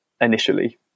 initially